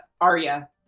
Aria